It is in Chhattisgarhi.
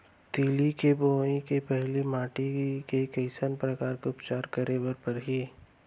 तिलि के बोआई के पहिली माटी के कइसन प्रकार के उपचार करे बर परही?